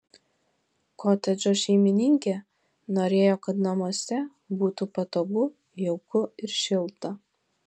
kotedžo šeimininkė norėjo kad namuose būtų patogu jauku ir šilta